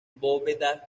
bóvedas